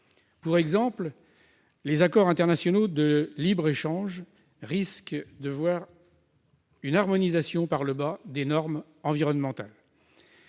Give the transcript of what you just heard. Par exemple, les accords internationaux de libre-échange risquent d'entraîner une harmonisation par le bas des normes environnementales.